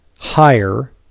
Higher